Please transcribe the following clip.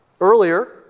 Earlier